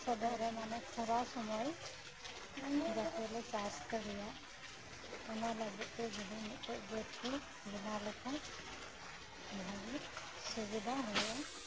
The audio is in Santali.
ᱥᱚᱰᱚᱜ ᱨᱮ ᱢᱟᱱᱮ ᱥᱟᱨᱟ ᱥᱩᱢᱟᱹᱭ ᱡᱟᱛᱮ ᱞᱮ ᱪᱟᱥ ᱫᱟᱲᱮᱭᱟᱜ ᱚᱱᱟ ᱞᱟᱜᱤᱜ ᱛᱮ ᱡᱮᱢᱚᱱ ᱢᱤᱜᱴᱮᱡ ᱜᱮᱴ ᱠᱚ ᱵᱮᱱᱟᱣ ᱞᱮ ᱠᱷᱟᱱ ᱵᱷᱟᱜᱤ ᱥᱩᱵᱤᱫᱷᱟ ᱦᱩᱭᱩᱜᱼᱟ